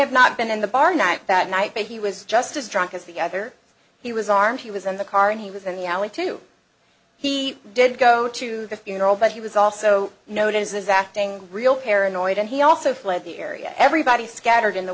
have not been in the bar night that night but he was just as drunk as the other he was armed he was in the car and he was in the alley too he did go to the funeral but he was also noted as acting real paranoid and he also fled the area everybody scattered in the